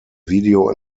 video